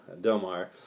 Delmar